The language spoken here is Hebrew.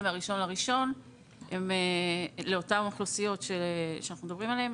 מה-1 בינואר לאותן אוכלוסיות עליהן אנחנו מדברים.